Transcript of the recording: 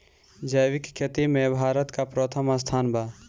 जैविक खेती में भारत का प्रथम स्थान बा